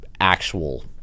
actual